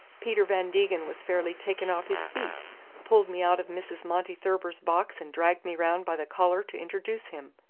peter van degen was fairly taken off his feet pulled me out of mrs. monty thurber's box and dragged me round by the collar to introduce him.